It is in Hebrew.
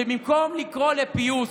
ובמקום לקרוא לפיוס,